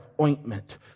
ointment